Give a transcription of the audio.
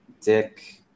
Dick